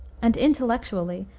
and, intellectually,